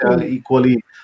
equally